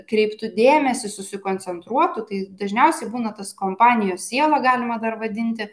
kreiptų dėmesį susikoncentruotų tai dažniausiai būna tas kompanijos siela galima dar vadinti